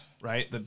Right